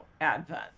advent